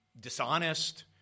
dishonest